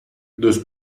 those